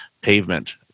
pavement